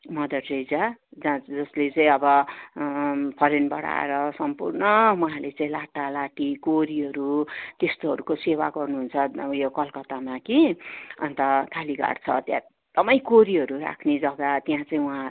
mother Teresa त्यहाँ जसले चाहिँ अब फरेनबाट आएर सम्पूर्ण उहाँले चाहिँ लाटा लाटी कोडीहरू त्यस्तोहरूको सेवा गर्नु हुन्छ अब यो कलकत्तामा कि अन्त काली घाट छ त्यहाँ एकदमै कोडीहरू राख्ने जगा त्यहाँ चाहिँ उहाँहरू